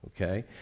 Okay